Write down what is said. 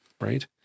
right